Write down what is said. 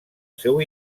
seu